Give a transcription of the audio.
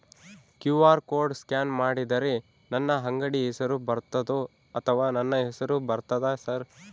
QR code scan ಮಾಡಿದರೆ ನನ್ನ ಅಂಗಡಿ ಹೆಸರು ಬರ್ತದೋ ಅಥವಾ ನನ್ನ ಹೆಸರು ಬರ್ತದ ಸರ್?